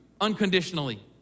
unconditionally